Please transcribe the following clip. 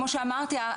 כמו שאמרתי,